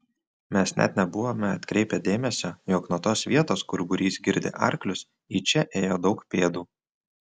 mes net nebuvome atkreipę dėmesio jog nuo tos vietos kur būrys girdė arklius į čia ėjo daug pėdų